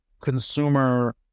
consumer